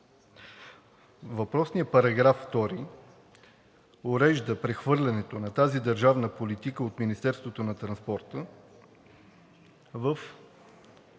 Въпросният § 2 урежда прехвърлянето на тази държавна политика от Министерството на транспорта на